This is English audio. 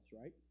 right